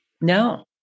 No